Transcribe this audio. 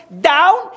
down